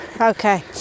Okay